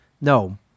No